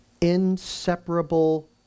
inseparable